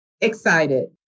excited